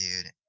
dude